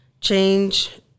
change